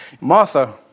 Martha